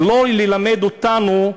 אז לא ללמד אותנו,